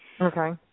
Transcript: Okay